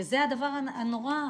שזה הדבר הנורא,